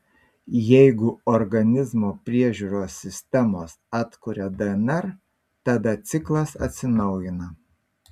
jeigu organizmo priežiūros sistemos atkuria dnr tada ciklas atsinaujina